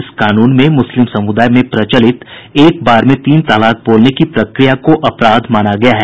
इस कानून में मुस्लिम समुदाय में प्रचलित एक बार में तीन तलाक बोलने की प्रक्रिया को अपराध माना गया है